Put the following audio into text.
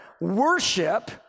worship